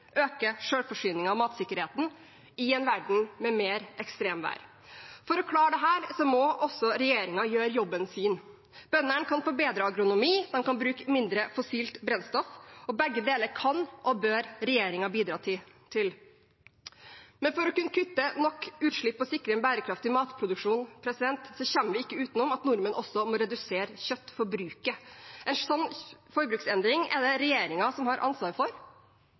øke selvforsyningen og matsikkerheten, i en verden med mer ekstremvær. For å klare dette må også regjeringen gjøre jobben sin. Bøndene kan forbedre agronomi, og de kan bruke mindre fossilt brennstoff. Begge deler kan og bør regjeringen bidra til. Men for å kunne kutte nok utslipp og sikre en bærekraftig matproduksjon kommer vi ikke utenom at nordmenn også må redusere kjøttforbruket. En slik forbruksendring er det regjeringen som har ansvar for.